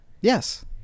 Yes